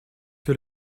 que